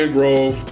Grove